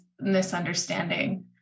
misunderstanding